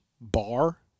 bar